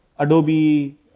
Adobe